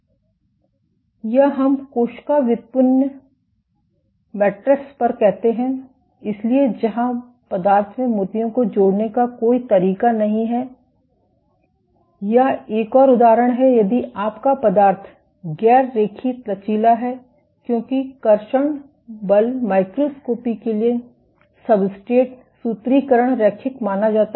Or या हम कोशिका व्युत्पन्न मैट्रेस पर कहते हैं इसलिए जहां पदार्थ में मोतियों को जोड़ने का कोई तरीका नहीं है या एक और उदाहरण है यदि आपका पदार्थ गैर रेखीय लचीला है क्योंकि कर्षण बल माइक्रोस्कोपी के लिए सब्सट्रेट सूत्रीकरण रैखिक माना जाता है